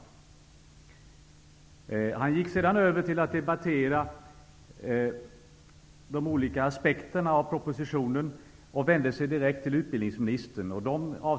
Därefter gick Bengt Silfverstrand över till att debattera de olika aspekterna av propositionen och vände sig direkt till utbildningsministern.